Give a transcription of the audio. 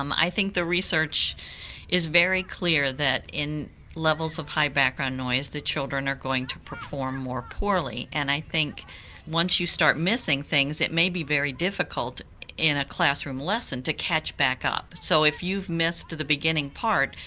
um i think the research is very clear that in levels of high background noise the children are going to perform more poorly. and i think once you start missing things it may be very difficult in a classroom lesson to catch back up. so if you've missed the beginning part,